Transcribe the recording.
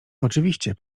oczywiście